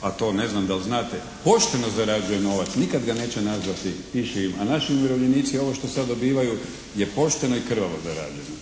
a to ne znam da li znate pošteno zarađuje novac nikad ga neće nazvati pišljivim, a naši umirovljenici ovo što sad dobivaju je pošteno i krvavo zarađeno.